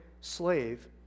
slave